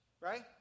right